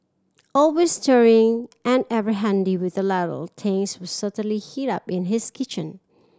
always stirring and ever handy with the ladle things will certainly heat up in his kitchen